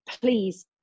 please